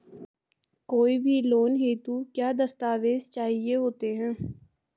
कोई भी लोन हेतु क्या दस्तावेज़ चाहिए होते हैं?